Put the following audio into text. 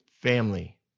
family